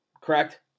correct